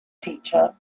teacher